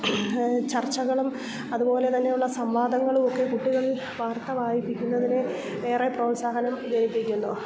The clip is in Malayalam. ചർച്ചകളും അതുപോലെത്തന്നെയുള്ള സംവാദങ്ങളും ഒക്കെ കുട്ടികളിൽ വാർത്ത വായിപ്പിക്കുന്നതിന് ഏറെ പ്രോത്സാഹനം ചെയ്യിപ്പിക്കുന്നു